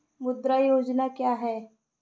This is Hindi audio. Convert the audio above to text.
मुद्रा योजना क्या है?